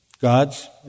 Gods